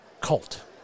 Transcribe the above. cult